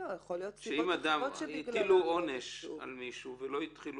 אם הטילו עונש על מישהו והוא לא התחיל